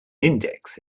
index